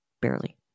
Barely